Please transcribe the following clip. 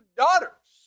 daughters